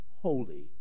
holy